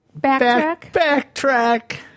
Backtrack